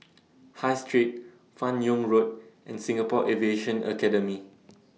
High Street fan Yoong Road and Singapore Aviation Academy